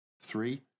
Three